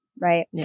right